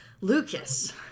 Lucas